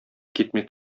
китми